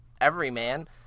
everyman